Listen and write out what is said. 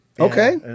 Okay